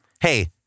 hey